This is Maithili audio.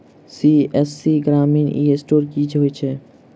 सी.एस.सी ग्रामीण ई स्टोर की होइ छै?